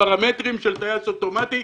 פרמטרים של טייס אוטומטי.